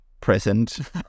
present